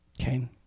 Okay